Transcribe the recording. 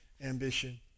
ambition